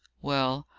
well,